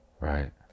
Right